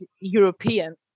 European